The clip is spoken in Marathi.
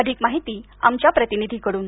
अधिक माहिती आमच्या प्रतिनिधीकडून